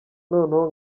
noneho